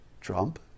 Trump